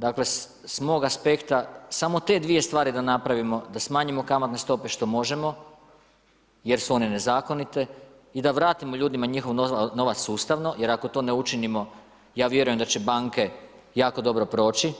Dakle, s mog aspekta s te dvije stvari da napravimo, da smanjimo kamatne stope što možemo jer su one nezakonite i da vrtimo ljudima njihov novac sustavno jer ako to ne učinimo, ja vjerujem da će banke jako dobro proći